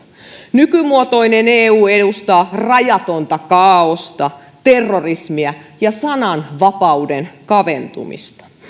nykymuotoinen eu edustaa rajatonta kaaosta terrorismia ja sananvapauden kaventumista